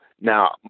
Now